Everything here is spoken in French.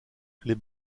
les